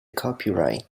copyright